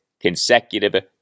consecutive